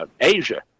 Asia